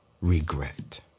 regret